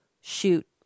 shoot